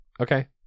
Okay